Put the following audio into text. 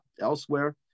elsewhere